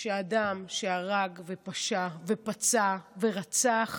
שאדם שהרג ופשע ופצע ורצח